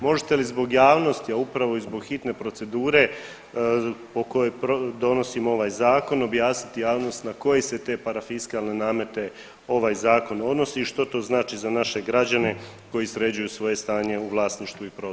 Možete li zbog javnosti, a upravo i zbog hitne procedure po kojoj donosimo ovaj zakon objasniti javnosti na koje se te parafiskalne namete ovaj zakon odnosi i što to znači za naše građane koji sređuju svoje stanje u vlasništvu i prostoru.